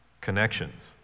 connections